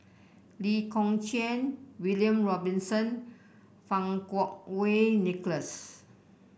Lee Kong Chian William Robinson Fang Kuo Wei Nicholas